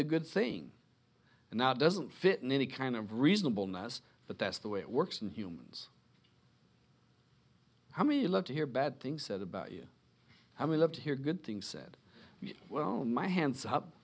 the good thing and now doesn't fit in any kind of reasonable ness but that's the way it works in humans how many love to hear bad things said about you i would love to hear good things said well my hands up